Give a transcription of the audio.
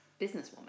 Businesswoman